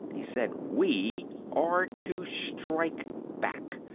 he said, we are to strike back.